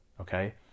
okay